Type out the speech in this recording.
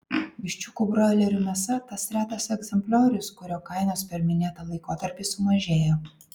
viščiukų broilerių mėsa tas retas egzempliorius kurio kainos per minėtą laikotarpį sumažėjo